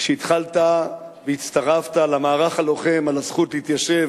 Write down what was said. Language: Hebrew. כשהתחלת והצטרפת למערך הלוחם על הזכות להתיישב